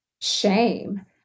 shame